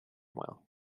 whale